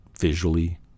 visually